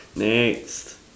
next